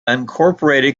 unincorporated